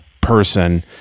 person